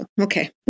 Okay